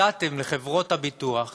נתתם לחברות הביטוח